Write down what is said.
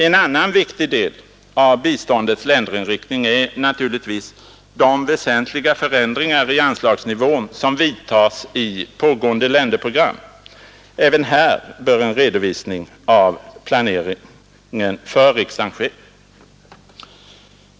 En annan viktig del av biståndets länderinriktning är naturligtvis de väsentliga förändringar i anslagsnivån som vidtas i pågående länderprogram. Även här bör en redovisning av planeringen för riksdagen ske.